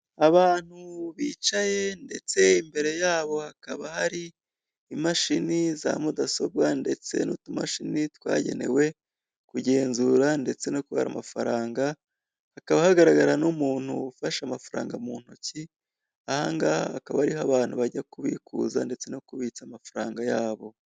Abantu bicaye ndetse imbere yabo hakaba hari imashini za mudasobwa, ndetse n'utumashini twagenewe kugenzura ndetse no kubara amafaranga, hakaba hagaragara n'umuntu ufashe amafaranga mu ntoki, aha ngaha hakaba ariho abantu bajya kubikuza ndetse no kubitsa amafaranga yabo.